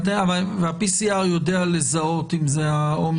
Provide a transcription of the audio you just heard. וה-PCR יודע לזהות אם זה האומיקרון?